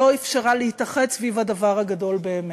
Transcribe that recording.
לא אפשרה להתאחד סביב הדבר הגדול באמת.